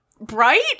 bright